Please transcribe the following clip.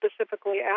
specifically